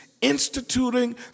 instituting